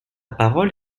parole